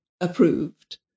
approved